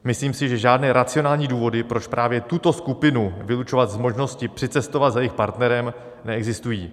Myslím si, že žádné racionální důvody, proč právě tuto skupinu vylučovat z možnosti přicestovat za svým partnerem, neexistují.